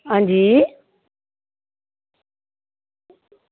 अंजी